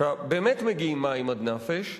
באמת מגיעים מים עד נפש,